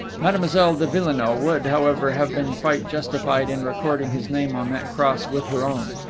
mademoiselle de villenoix would, however, have been quite justified in recording his name on that cross with her own.